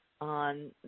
on